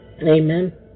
Amen